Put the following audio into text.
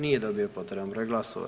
Nije dobio potreban broj glasova.